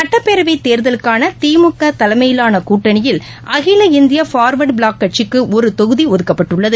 சட்டப்பேரவைத் தேர்தலுக்கான திமுக தலைமயிலான கூட்டணியில் அகில இந்திய ஃபார்வர்டு பிளாக் கட்சிக்கு ஒரு தொகுதி ஒதுக்கப்பட்டுள்ளது